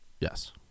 yes